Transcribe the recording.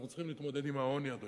אנחנו צריכים להתמודד עם העוני,